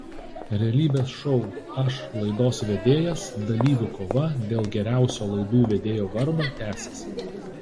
realybės šou aš laidos vedėjas dalyvių kova dėl geriausio laidų vedėjo vardo tęsiasi